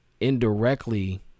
indirectly